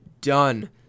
done